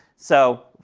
so,